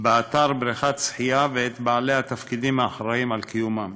באתר בריכת שחייה ואת בעלי התפקידים האחראים לקיומם,